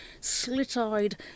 slit-eyed